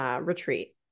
retreat